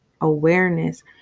awareness